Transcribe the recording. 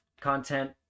content